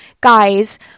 guys